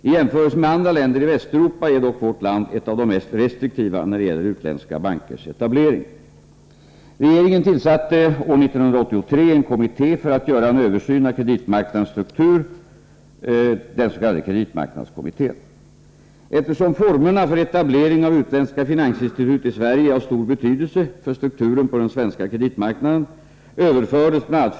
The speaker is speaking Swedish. I jämförelse med andra länder i Västeuropa är dock vårt land ett av de mest restriktiva när det gäller utländska bankers etablering. som formerna för etablering av utlänska finansinstitut i Sverige är av stor Nr 118 betydelse för strukturen på den svenska kreditmarknaden överfördes bl.a.